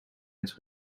het